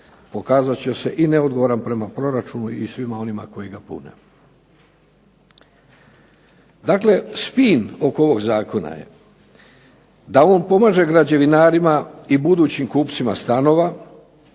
pokazat će se i neodgovoran prema proračunu i svima onima koji ga pune. Dakle, spin oko ovog zakona je da on pomaže građevinarima i budućim kupcima stanova,